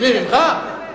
ממי, ממך?